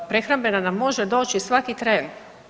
Prehrambena nam može doći svaki tren.